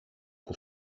που